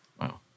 Wow